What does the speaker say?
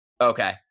okay